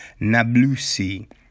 Nablusi